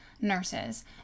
nurses